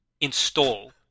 install